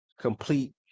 complete